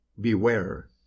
Beware